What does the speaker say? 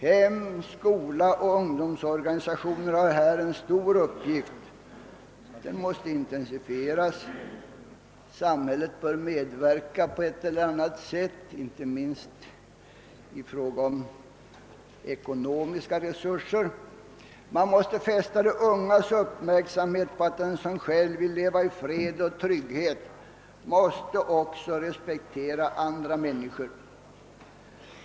Hem, skola och ungdomsorganisationer har här en stor uppgift. Den måste intensifieras. Samhället bör medverka på ett eller annat sätt, inte minst i fråga om ekonomiska resurser. Man måste framför allt fästa de ungas uppmärksamhet på att den som själv vill leva i fred och trygghet också måste respektera andra människor.